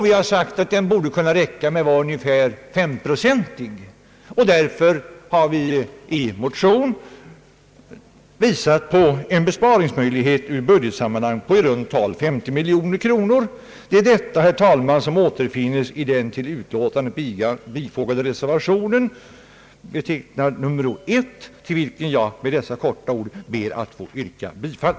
Vi har sagt att det borde kunna räcka med ungefär 5 procent. Därför har vi i en motion visat på en besparingsmöjlighet i budgeten på i runt tal 50 miljoner kronor. Det är detta, herr talman, som återfinns i reservationen, till vilken jag med detta korta anförande ber att få yrka bifall.